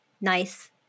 nice